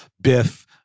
Biff